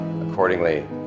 accordingly